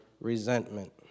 Resentment